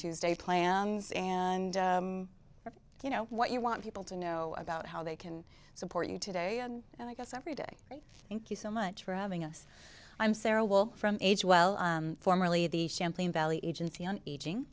tuesday plans and you know what you want people to know about how they can support you today and i guess every day thank you so much for having us i'm sara will from age well formerly the champlain valley agency on aging